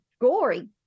gory